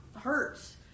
hurts